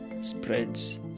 spreads